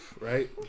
right